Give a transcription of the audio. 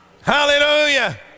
hallelujah